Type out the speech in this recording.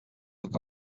took